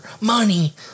money